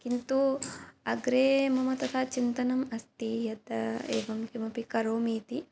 किन्तु अग्रे मम तथा चिन्तनम् अस्ति यत् एवं किमपि करोमि इति